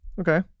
okay